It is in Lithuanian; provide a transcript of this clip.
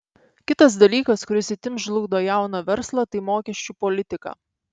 kitas dalykas kuris itin žlugdo jauną verslą tai mokesčių politika